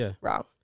wrong